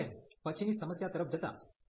તેથી હવે પછીની સમસ્યા તરફ જતા